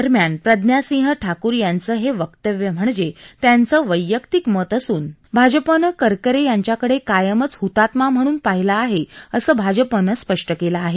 दरम्यान प्रज्ञासिंह ठाकूर यांचं हे वक्तव्य म्हणजे त्यांचं वैयक्तिक मत असुन भाजपनं करकरे यांच्याकडे कायमच हतात्मा म्हणून पाहिलं असं भाजपनं स्पष्ट केलं आहे